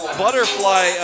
butterfly